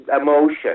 emotion